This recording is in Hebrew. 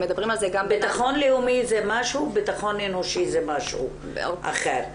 בטחון לאומי זה משהו ובטחון אנושי זה משהו אחר.